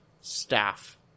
staff